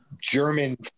German